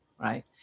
right